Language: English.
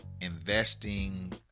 investing